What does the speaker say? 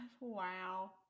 wow